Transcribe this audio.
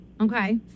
okay